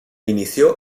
inició